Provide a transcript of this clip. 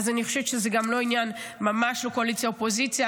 אז אני חושבת שזה ממש לא עניין של קואליציה אופוזיציה,